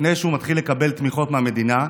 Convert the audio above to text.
לפני שהוא מתחיל לקבל תמיכות מהמדינה,